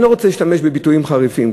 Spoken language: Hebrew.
אני לא רוצה להשתמש בביטויים חריפים.